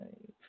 five